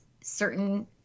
certain